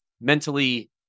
mentally